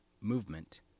movement